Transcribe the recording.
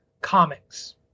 Comics